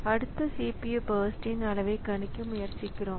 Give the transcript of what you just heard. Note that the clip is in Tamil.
அடுத்த CPU பர்ஸ்ட்ன் அளவைக் கணிக்க முயற்சிக்கிறோம்